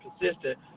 consistent